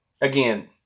Again